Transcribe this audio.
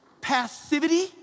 passivity